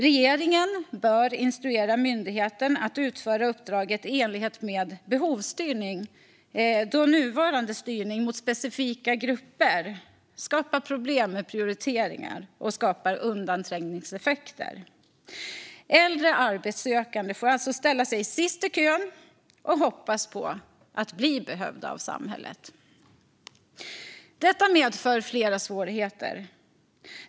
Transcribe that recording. Regeringen bör instruera myndigheten att utföra uppdraget i enlighet med behovsstyrning eftersom nuvarande styrning mot specifika målgrupper skapar problem med prioriteringar och undanträngningseffekter. Äldre arbetssökande får alltså ställa sig sist i kön och hoppas på att bli behövda av samhället. Detta medför flera svårigheter.